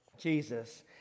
Jesus